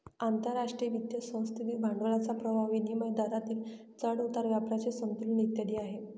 आंतरराष्ट्रीय वित्त संस्थेतील भांडवलाचा प्रवाह, विनिमय दरातील चढ उतार, व्यापाराचे संतुलन इत्यादी आहे